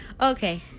Okay